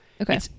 Okay